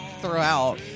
throughout